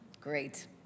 great